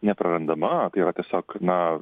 neprarandama tai yra tiesiog na